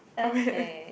oh really